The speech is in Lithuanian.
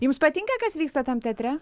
jums patinka kas vyksta tam teatre